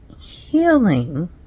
healing